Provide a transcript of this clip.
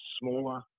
smaller